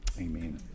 Amen